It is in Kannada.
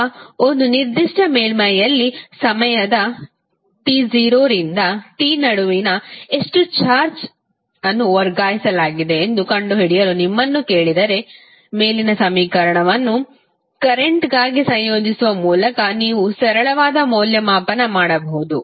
ಈಗ ಒಂದು ನಿರ್ದಿಷ್ಟ ಮೇಲ್ಮೈಯಲ್ಲಿ ಸಮಯದ t0 ರಿಂದ t ನಡುವೆ ಎಷ್ಟು ಚಾರ್ಜ್ ಅನ್ನು ವರ್ಗಾಯಿಸಲಾಗಿದೆ ಎಂದು ಕಂಡುಹಿಡಿಯಲು ನಿಮ್ಮನ್ನು ಕೇಳಿದರೆ ಮೇಲಿನ ಸಮೀಕರಣವನ್ನು ಕರೆಂಟ್ಗಾಗಿ ಸಂಯೋಜಿಸುವ ಮೂಲಕ ನೀವು ಸರಳವಾಗಿ ಮೌಲ್ಯಮಾಪನ ಮಾಡಬಹುದು